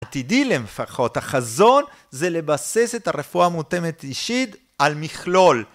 עתידי לפחות, החזון זה לבסס את הרפואה המותאמת אישית על מכלול